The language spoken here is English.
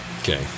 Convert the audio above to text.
Okay